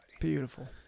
Beautiful